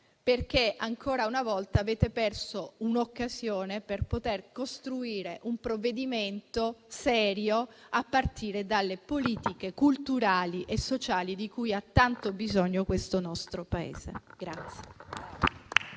perché ancora una volta avete perso un'occasione per costruire un provvedimento serio a partire dalle politiche culturali e sociali di cui ha tanto bisogno il nostro Paese.